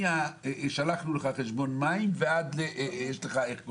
מ"שלחנו לך חשבון מים" ועד "יש לך איחור